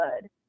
good